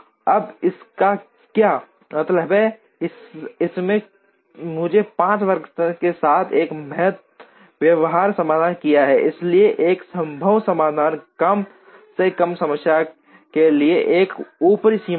अब इसका क्या मतलब है इसने मुझे 5 वर्कस्टेशन के साथ एक व्यवहार्य समाधान दिया है इसलिए एक संभव समाधान कम से कम समस्या के लिए एक ऊपरी सीमा है